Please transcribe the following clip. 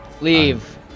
LEAVE